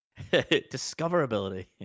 Discoverability